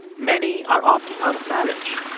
many are opting out of marriage.